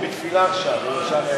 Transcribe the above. הם בתפילה עכשיו.